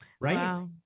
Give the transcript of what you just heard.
Right